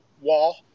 wall